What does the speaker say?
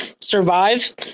survive